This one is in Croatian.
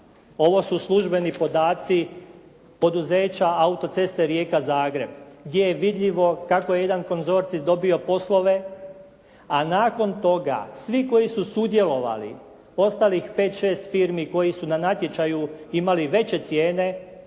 Ovo su službeni podaci poduzeća Autoceste Rijeka-Zagreb, gdje je vidljivo kako je jedan …/Govornik se ne razumije./… dobio poslove a nakon toga svi koji su sudjelovali, ostalih 5, 6 firmi koji su na natječaju imali veće cijene